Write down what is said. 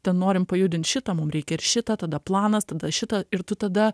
ten norim pajudint šitą mum reikia ir šitą tada planas tada šitą ir tu tada